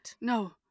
No